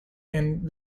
and